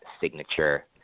signature